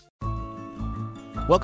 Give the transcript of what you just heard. Welcome